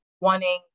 wanting